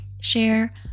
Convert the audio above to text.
share